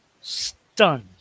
stunned